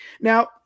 Now